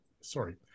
sorry